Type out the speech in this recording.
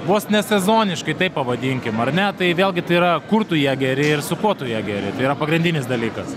vos ne sezoniškai taip pavadinkim ar ne tai vėlgi tai yra kur tu ją geri ir su kuo tu ją geri tai yra pagrindinis dalykas